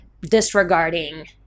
disregarding